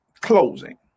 closing